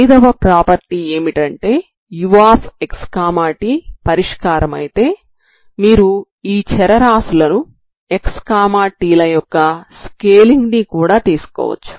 5 వ ప్రాపర్టీ ఏమిటంటే uxt పరిష్కారమయితే మీరు ఈ చరరాశులు xt ల యొక్క స్కేలింగ్ ని కూడా తీసుకోవచ్చు